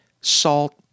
salt